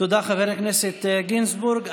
תודה, חבר הכנסת גינזבורג.